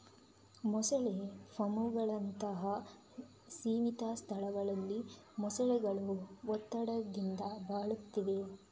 ಮೊಸಳೆ ಫಾರ್ಮುಗಳಂತಹ ಸೀಮಿತ ಸ್ಥಳಗಳಲ್ಲಿ ಮೊಸಳೆಗಳು ಒತ್ತಡದಿಂದ ಬಳಲುತ್ತವೆ